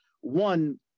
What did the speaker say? One